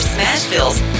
Smashville's